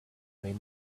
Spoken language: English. may